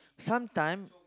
sometime